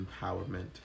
empowerment